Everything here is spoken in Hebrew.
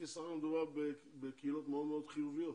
כי בסך הכול מדובר בקהילות מאוד מאוד חיוביות,